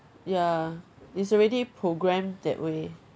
ya it's already programmed that way